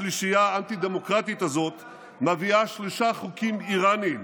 השלישייה האנטי-דמוקרטית הזאת מביאה שלושה חוקים איראניים: